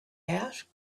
asked